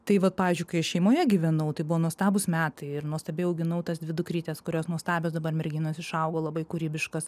tai vat pavyzdžiui kai šeimoje gyvenau tai buvo nuostabūs metai ir nuostabiai auginau tas dvi dukrytes kurios nuostabios dabar merginos išaugo labai kūrybiškos